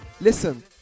Listen